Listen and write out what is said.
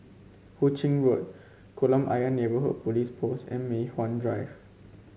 Hu Ching Road Kolam Ayer Neighbourhood Police Post and Mei Hwan Drive